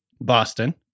Boston